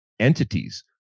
entities